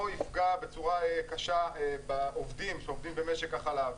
יפגע בצורה קשה בעובדים שעובדים במשק החלב.